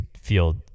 feel